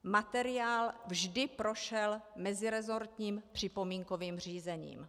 Materiál vždy prošel meziresortním připomínkovým řízením.